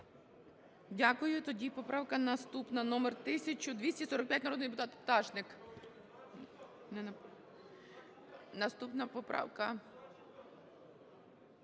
Дякую. Тоді поправка наступна – номер 1245. Народний депутат Пташник. Не… Наступна поправка…